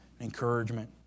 encouragement